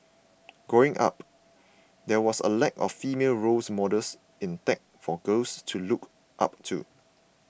growing up there was a lack of female roles models in tech for girls to look up to